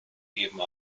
gegeben